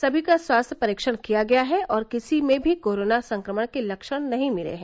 सभी का स्वास्थ्य परीक्षण किया गया है और किसी में भी कोरोना संक्रमण के लक्षण नहीं मिले हैं